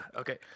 Okay